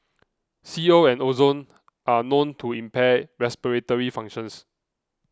C O and ozone are known to impair respiratory functions